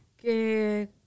Que